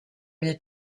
bile